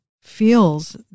feels